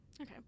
Okay